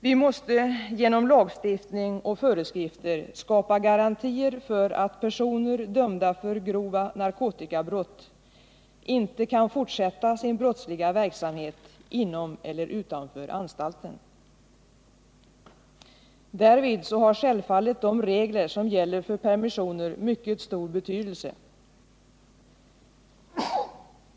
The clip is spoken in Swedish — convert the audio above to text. Vi måste genom lagstiftning och föreskrifter skapa garantier för att personer dömda för grova narkotikabrott inte kan fortsätta sin brottsliga verksamhet inom eller utanför anstalten. Därvid har självfallet de regler som gäller för permissioner mycket stor betydelse.